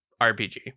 RPG